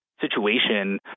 situation